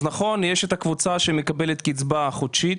נכון, יש את הקבוצה שמקבלת קצבה חודשית,